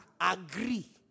agree